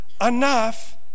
enough